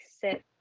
sit